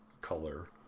color